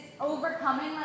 overcoming